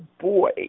boy